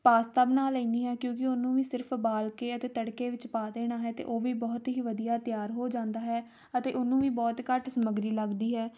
pasta ਬਣਾ ਲੈਂਦੀ ਹਾਂ ਕਿਉਂਕਿ ਉਹਨੂੰ ਵੀ ਸਿਰਫ ਉਬਾਲ ਕੇ ਅਤੇ ਤੜਕੇ ਵਿੱਚ ਪਾ ਦੇਣਾ ਹੈ ਅਤੇ ਉਹ ਵੀ ਬਹੁਤ ਹੀ ਵਧੀਆ ਤਿਆਰ ਹੋ ਜਾਂਦਾ ਹੈ ਅਤੇ ਉਹਨੂੰ ਵੀ ਬਹੁਤ ਘੱਟ ਸਮੱਗਰੀ ਲੱਗਦੀ ਹੈ